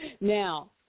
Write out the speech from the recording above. Now